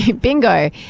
bingo